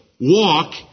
walk